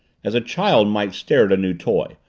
as a child might stare at a new toy,